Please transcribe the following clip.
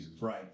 Right